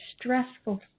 stressful